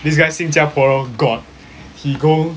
this guy 新加坡人 god he go